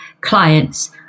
clients